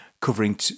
covering